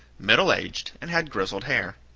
middle-aged, and had grizzled hair.